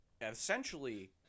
essentially